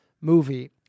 movie